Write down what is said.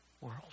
world